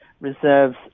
reserves